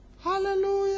Hallelujah